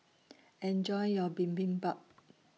Enjoy your Bibimbap